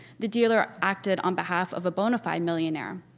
the dealer acted on behalf of a bonafide millionaire,